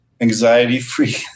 anxiety-free